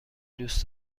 دوست